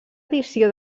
edició